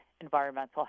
environmental